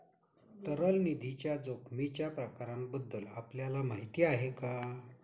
तरल निधीच्या जोखमीच्या प्रकारांबद्दल आपल्याला माहिती आहे का?